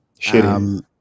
Shitty